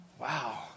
Wow